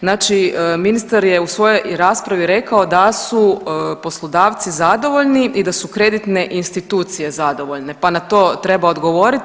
Znači ministar je u svojo raspravi rekao da su poslodavci zadovoljni i da su kreditne institucije zadovoljne, pa na to treba odgovoriti.